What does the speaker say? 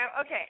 Okay